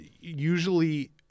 usually